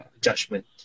judgment